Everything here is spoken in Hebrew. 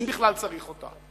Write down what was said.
אם בכלל צריך אותה,